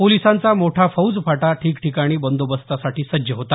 पोलिसांचा मोठा फौजफाटा ठिकठिकाणी बंदोबस्तासाठी सज्ज होता